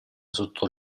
sotto